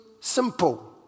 simple